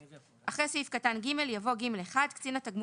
תיקון סעיף 14 2. (4) אחרי סעיף קטן (ג) יבוא: (ג1) קצין התגמולים